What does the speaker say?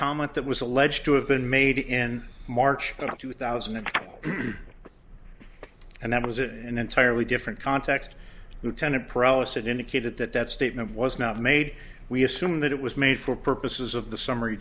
comment that was alleged to have been made in march of two thousand and and that was an entirely different context lieutenant prowess it indicated that that statement was not made we assume that it was made for purposes of the summary